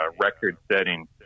record-setting